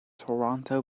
toronto